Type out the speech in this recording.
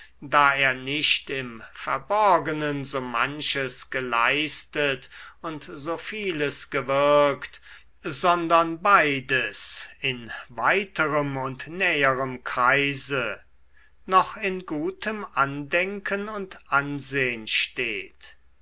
da er nicht im verborgenen so manches geleistet und so vieles gewirkt sondern beides in weiterem und näherem kreise noch in gutem andenken und ansehn steht